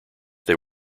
they